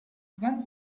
vingt